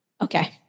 Okay